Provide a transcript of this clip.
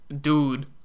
dude